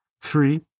Three